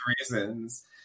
reasons